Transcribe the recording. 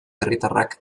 herritarrak